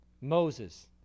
Moses